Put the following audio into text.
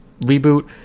reboot